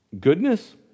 Goodness